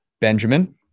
Benjamin